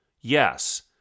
Yes